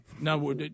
no